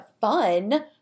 fun